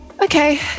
Okay